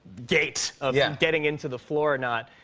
gate of yeah getting into the floor or not.